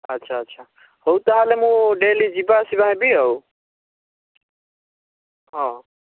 ଆଚ୍ଛା ଆଚ୍ଛା ହଉ ତା'ହେଲେ ମୁଁ ଡେଲି ଯିବା ଆସିବା ହେବି ଆଉ ହଁ